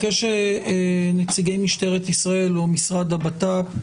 אני מבקש את נציגי משטרת ישראל או משרד הבט"פ.